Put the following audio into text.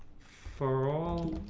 for all